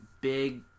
big